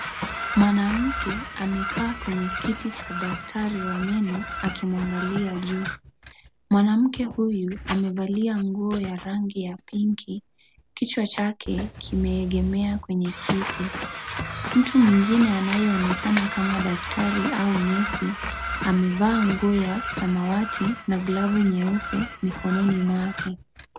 Mwanamke amekaa kwenye kiti cha daktari wa meno akimwangalia juu. Mwanamke huyu amevalia nguo ya rangi ya pinki, Kichwa chake kimeegemea kwenye kiti. Mtu mwingine anayeonekana kama daktari au nesi amevaa nguo ya samawati na glavu nyeupe mikononi mwake.